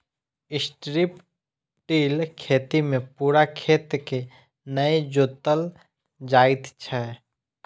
strip till खेती मे पूरा खेत के नै जोतल जाइत छै